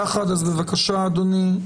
בבקשה, אדוני.